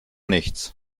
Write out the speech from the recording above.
nichts